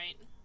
right